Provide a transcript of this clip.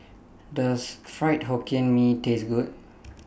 Does Fried Hokkien Mee Taste Good